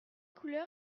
couleur